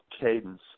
cadence